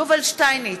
יובל שטייניץ,